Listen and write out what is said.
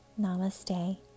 namaste